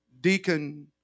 deacon